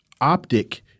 optic